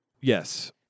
Yes